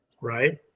Right